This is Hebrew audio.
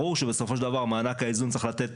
ברור שבסופו של דבר מענק האיזון צריך לתת